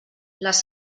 les